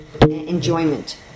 enjoyment